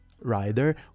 rider